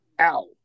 ow